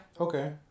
Okay